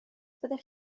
byddech